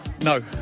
No